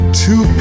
two